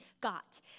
got